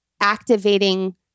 activating